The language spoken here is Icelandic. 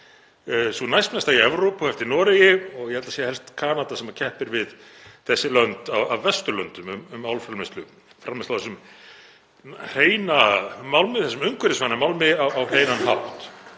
sú næstmesta í Evrópu á eftir Noregi og ég held að það sé helst Kanada sem keppir við þessi lönd á Vesturlöndum um álframleiðslu, framleiðslu á þessum málmi, þessum umhverfisvæna málmi, á hreinan hátt.